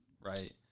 right